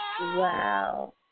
Wow